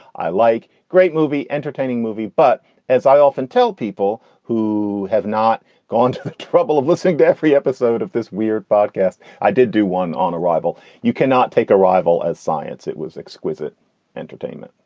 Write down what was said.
i like great movie, entertaining movie. but as i often tell people who have not gone to the trouble of listening to every episode of this weird podcast, i did do one on arrival. you cannot take a rival as science. it was exquisite entertainment.